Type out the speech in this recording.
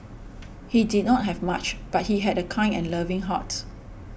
he did not have much but he had a kind and loving heart